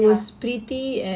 your group who